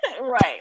right